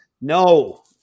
No